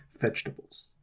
Vegetables